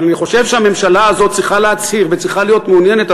אבל אני חושב שהממשלה הזאת צריכה להצהיר וצריכה להיות מעוניינת,